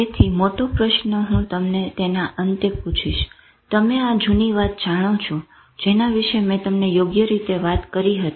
તેથી મોટો પ્રશ્ન હું તમને તેના અંતે પુછીસ તમે આ જૂની વાત જાણો છો જેના વિષે મેં તમને યોગ્ય રીતે વાત કરી હતી